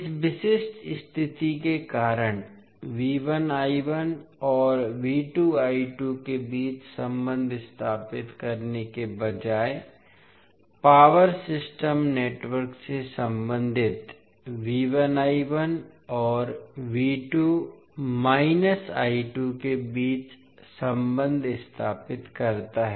इस विशिष्ट स्थिति के कारण और के बीच संबंध स्थापित करने के बजाय पावर सिस्टम नेटवर्क से संबंधित और के बीच संबंध स्थापित करता है